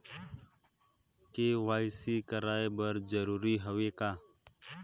KYC कराय बर जरूरी हवे का?